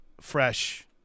fresh